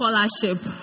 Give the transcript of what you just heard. scholarship